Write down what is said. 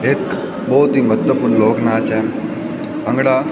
ਇੱਕ ਬਹੁਤ ਹੀ ਮਹੱਤਵਪੂਰਨ ਲੋਕ ਨਾਚ ਹੈ ਭੰਗੜਾ